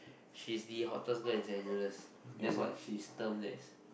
she's the hottest girl in St-Hilda's thats what she's termed as